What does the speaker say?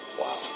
Wow